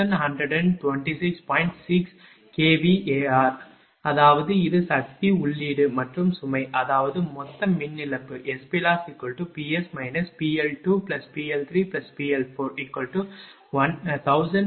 6 kVAr அதாவது இது சக்தி உள்ளீடு மற்றும் சுமை அதாவது மொத்த மின் இழப்பு SPlossPs PL2PL3PL41557